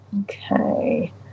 Okay